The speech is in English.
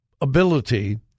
ability